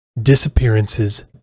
disappearances